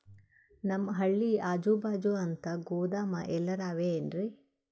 ನಮ್ ಹಳ್ಳಿ ಅಜುಬಾಜು ಅಂತ ಗೋದಾಮ ಎಲ್ಲರೆ ಅವೇನ್ರಿ?